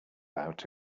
out